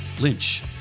Lynch